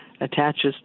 attaches